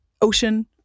ocean